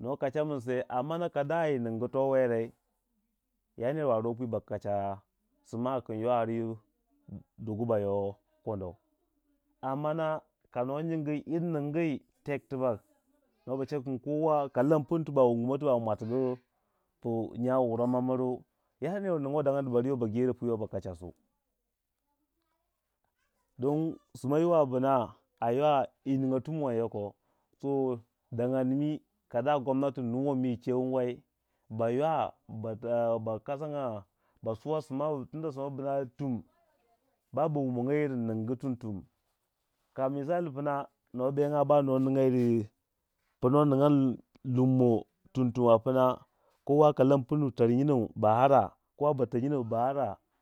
no kacha man sei amma ka do yir ningu to wei rei ya ner wa a ruwei pwi ba kacha simo kin yo ar dugu bayo kondau amma na ka no nyingi yir ningi tek tibak nuwa ba chekin kowa kala pinu tibak wundu mou tibak ma mwatugu pu nyan wara ma miru ya ner wu ninwo dangandi bar yo ba gero ba kacha sou don simo yiwa bina aywa yi ningya tum wang yoko so dangadi mi kana gomnati nuwei mi che mu wai ba ywa ba ninga ba kasangya ba suwa sima tunda sima bina tum ba ba wuma nyoa yiring tum- tum ka misali pna ka no bengyau ba ningya yiri pu no ningyan lummo tum=tum a pna ko lan pinu kowa batanyinou ba ara.